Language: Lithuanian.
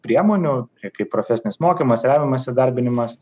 priemonių kaip profesinis mokymas remiamas įdarbinimas